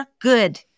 good